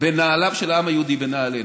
בנעליו של העם היהודי, בנעלינו.